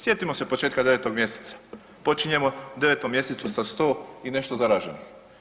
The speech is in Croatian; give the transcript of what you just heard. Sjetimo se početka 9. mjeseca, počinjemo u 9. mjesecu sa 100 i nešto zaraženih.